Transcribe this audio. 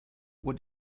what